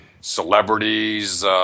celebrities